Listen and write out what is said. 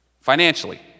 Financially